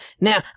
Now